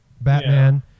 Batman